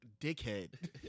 dickhead